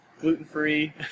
gluten-free